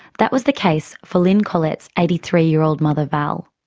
that was the case for lyn collet's eighty three year old mother val.